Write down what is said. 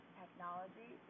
technology